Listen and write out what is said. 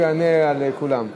שהוא יענה על כולן.